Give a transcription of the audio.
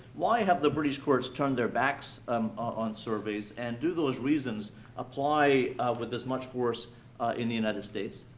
why have the british courts turned their backs um on surveys and do those reasons apply with as much force in the united states?